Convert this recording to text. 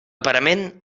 parament